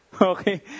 Okay